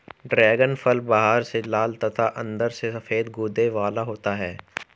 dragon फल बाहर से लाल तथा अंदर से सफेद गूदे वाला होता है